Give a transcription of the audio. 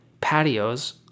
patios